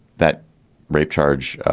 that rape charge,